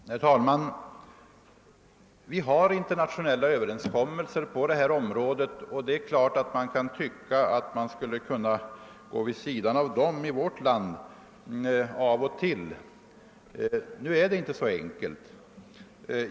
Herr talman! Vi har internationella överenskommelser på detta område, och det kan givetvis tyckas, att man skulle kunna gå vid sidan av dem då och då. Det är emellertid inte så enkelt.